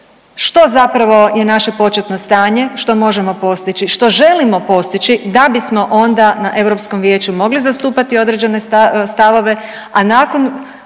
što zapravo je naše početno stanje, što možemo postići, što želimo postići da bismo onda na Europskom vijeću mogli zastupati određene stavove, a nakon